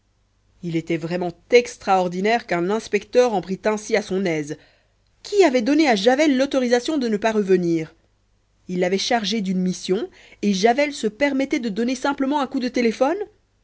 il était vraiment extraordinaire qu'un inspecteur en prît ainsi à son aise qui avait donné à javel l'autorisation de ne pas revenir il l'avait chargé d'une mission et javel se permettait de donner simplement un coup de téléphone